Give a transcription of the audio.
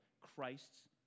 Christ's